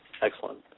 Excellent